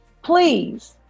Please